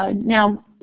ah now,